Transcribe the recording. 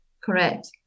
Correct